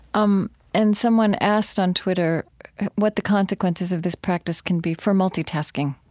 um and someone asked on twitter what the consequences of this practice can be for multitasking,